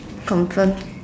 confirm